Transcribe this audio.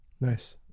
Nice